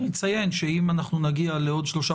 אני מציין שאם אנחנו נגיע לעוד שלושה